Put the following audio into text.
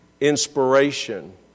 inspiration